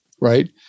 right